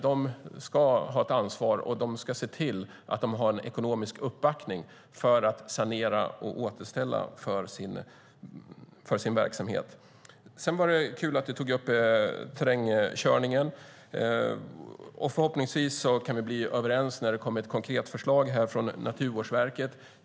De ska ha ett ansvar, och de ska se till att de har en ekonomisk uppbackning för att sanera och återställa efter sin verksamhet. Det var kul att du tog upp terrängkörningen. Förhoppningsvis kan vi bli överens när det kommer ett konkret förslag från Naturvårdsverket.